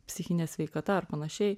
psichinė sveikata ar panašiai